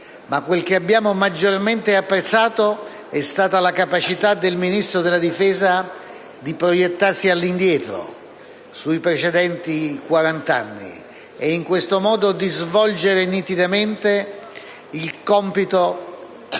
Ciò che abbiamo maggiormente apprezzato è stata però la capacità del Ministro della difesa di proiettarsi all'indietro, sui precedenti quarant'anni, e in questo modo di svolgere nitidamente il compito di